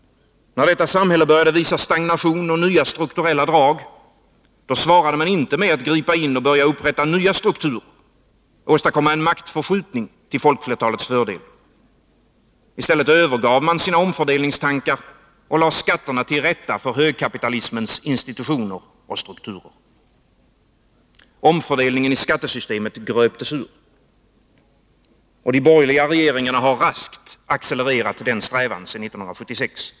När detta samhälle började visa stagnation och nya strukturella drag, då svarade man inte med att gripa in och börja upprätta nya strukturer för att åstadkomma en maktförskjutning till folkflertalets fördel. I stället övergav man sina omfördelningstankar och lade skatterna till rätta för högkapitalismens institutioner och strukturer. Omfördelningen i skattesystemet gröptes ur. Och de borgerliga regeringarna har raskt accelererat i den strävan sedan 1976.